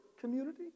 community